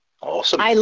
Awesome